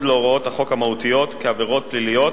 להוראות החוק המהותיות כעבירות פליליות